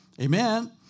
Amen